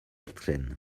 tren